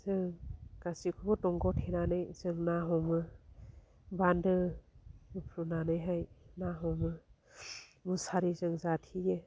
जों गासिखौबो दंग थेनानै जों ना हमो बान्दो बुफ्रुनानैहाय ना हमो मुसारिजों जाथेयो